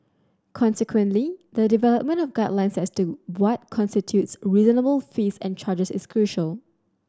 consequently the development of guidelines as to what constitutes reasonable fees and charges is crucial